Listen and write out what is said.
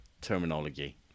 terminology